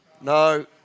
No